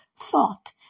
thought